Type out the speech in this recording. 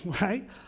right